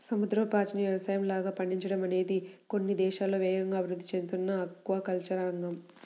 సముద్రపు పాచిని యవసాయంలాగా పండించడం అనేది కొన్ని దేశాల్లో వేగంగా అభివృద్ధి చెందుతున్న ఆక్వాకల్చర్ రంగం